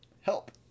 help